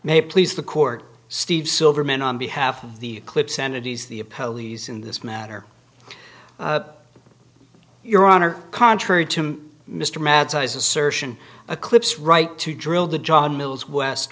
may please the court steve silverman on behalf of the clip sanity's the apologies in this matter your honor contrary to mr mad size assertion eclipse right to drill the john mills west